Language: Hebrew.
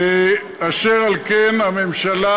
אשר על כן, הממשלה